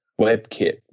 WebKit